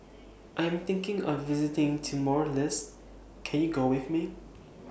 I'm thinking of visiting Timor Leste Can YOU Go with Me